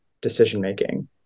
decision-making